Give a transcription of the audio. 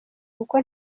kuko